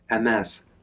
MS